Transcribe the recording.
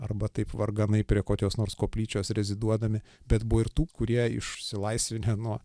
arba taip varganai prie kokios nors koplyčios reziduodami bet buvo ir tų kurie išsilaisvinę nuo